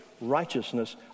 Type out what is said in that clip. righteousness